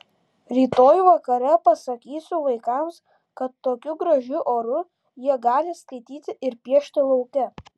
rytoj vakare pasakysiu vaikams kad tokiu gražiu oru jie gali skaityti ir piešti lauke